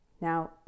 Now